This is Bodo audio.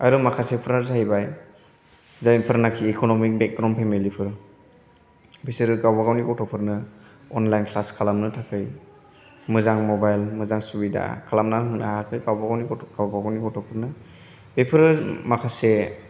आरो माखासेफ्रा जाहैबाय जायफोरनाखि इक'न'मिक बेगग्राउन्द फेमेलिफोर बिसोर गावबागावनि गथ'फोरनो अनलाइन क्लास खालामनो थाखाय मोजां मबाइल मोजां सुबिदा खालामनानै होनो हायाखै गावबागावनि गथ'फोरनो बेफोरो माखासे